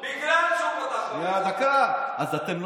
כמה